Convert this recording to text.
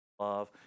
love